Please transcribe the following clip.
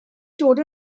dod